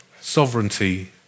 sovereignty